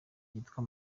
yitwa